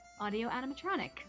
audio-animatronic